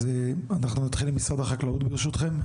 אז אנחנו נתחיל עם משרד החקלאות ברשותכם?